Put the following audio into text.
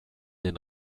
den